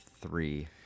three